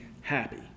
happy